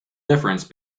difference